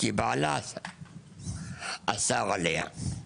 כי בעלה אסר עליה.